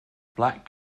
black